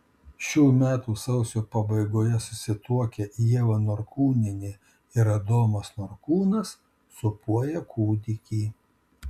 šių metų sausio pabaigoje susituokę ieva norkūnienė ir adomas norkūnas sūpuoja kūdikį